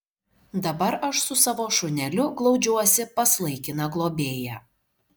dabar aš su savo šuneliu glaudžiuosi pas laikiną globėją